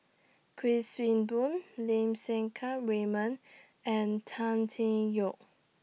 Kuik Swee Boon Lim Sen Keat Raymond and Tan Tee Yoke